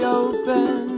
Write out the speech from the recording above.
open